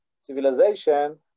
civilization